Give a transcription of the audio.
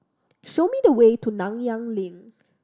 show me the way to Nanyang Link